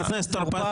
חבר הכנסת טור פז,